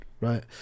right